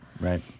Right